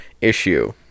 issue